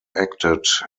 acted